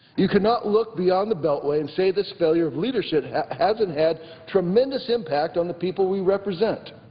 you cannot look beyond the beltway and say this failure of leadership hasn't had tremendous impact on the people we represent.